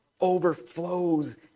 overflows